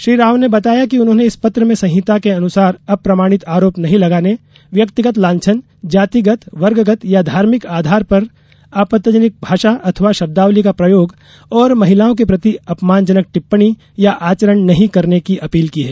श्री राव ने बताया कि उन्होंने इस पत्र में संहिता के अनुसार अप्रमाणित आरोप नहीं लगाने व्यक्तिगत लांछन जातिगत वर्गगत या धार्मिक आधार पर आपत्तिजनक भाषा अथवा शब्दावली का प्रयोग और महिलाओं के प्रति अपमानजनक टिप्पणी या आचरण नहीं करने की अपील की है